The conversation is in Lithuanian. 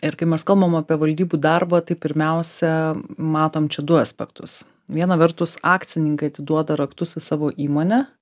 ir kai mes kalbam apie valdybų darbą tai pirmiausia matom čia du aspektus viena vertus akcininkai atiduoda raktus į savo įmonę